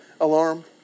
alarm